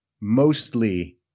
mostly